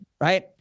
right